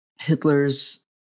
Hitler's